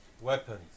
weapons